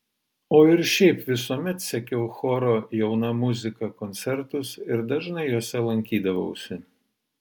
o ir šiaip visuomet sekiau choro jauna muzika koncertus ir dažnai juose lankydavausi